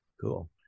Cool